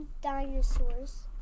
dinosaurs